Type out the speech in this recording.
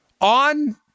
on